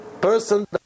person